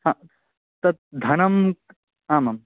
हा तत् धनम् आमाम्